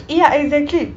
ya exactly